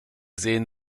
sehen